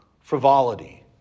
frivolity